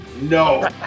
no